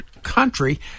country